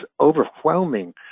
overwhelming